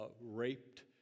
raped